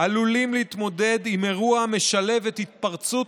עלולים להתמודד עם אירוע המשלב את התפרצות